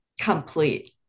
complete